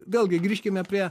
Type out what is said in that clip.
vėlgi grįžkime prie